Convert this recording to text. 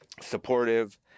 supportive